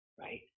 right